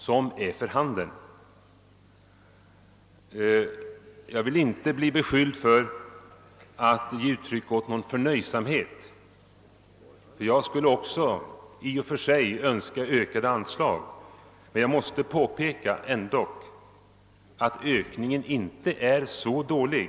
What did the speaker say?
När jag säger detta vill jag inte bli beskylld för att ge uttryck för förnöjsamhet. I och för sig skulle jag också önska att anslaget höjdes. Men jag vill ändå påpeka att ökningen inte är så dålig.